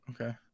okay